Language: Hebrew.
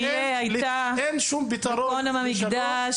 אין שום פתרון לשלום